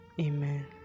Amen